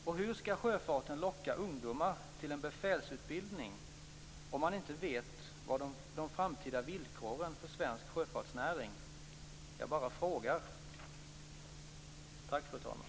Och hur skall sjöfarten kunna locka ungdomar till befälsutbildning, om de framtida villkoren för svensk sjöfartsnäring inte är kända? Jag bara frågar.